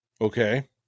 Okay